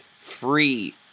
free